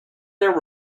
their